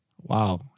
Wow